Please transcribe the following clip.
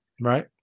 Right